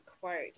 quote